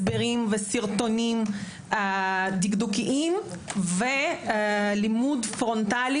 הסברים וסרטונים דקדוקיים ולימוד פרונטלי